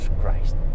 Christ